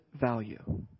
value